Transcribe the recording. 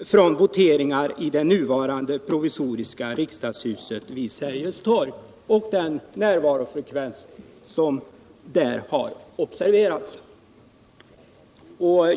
närvarofrekvensen vid voteringar i det nuvarande provisoriska riksdagshuset vid Sergels torg.